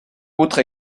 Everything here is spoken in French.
autre